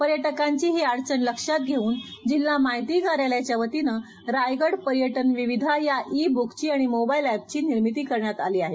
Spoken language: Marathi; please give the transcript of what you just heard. पर्याक्रांची ही अडचण लक्षात घेऊन जिल्हा माहिती कार्यालयाच्या वतीने रायगडः पर्याऊ विविधा या ई बुकची आणि मोबाईल एपची निर्मिती करण्यात आली आहे